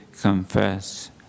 confess